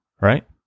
right